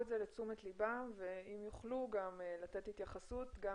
את זה לתשומת לבם ואם יוכלו לתת התייחסות גם